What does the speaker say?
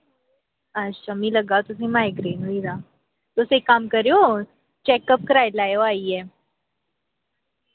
अच्छा मी लग्गा दा तुसें माइग्रेन होई दा तुस इक कम्म करयो चैकअप कराई लैयो आइयै